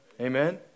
Amen